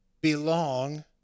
belong